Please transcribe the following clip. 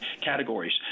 categories